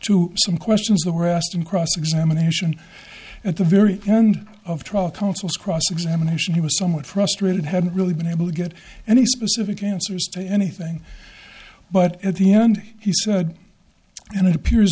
to some questions that were asked in cross examination at the very end of trial counsel's cross examination he was somewhat frustrated hadn't really been able to get any specific answers to anything but at the end he said and it appears